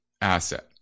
asset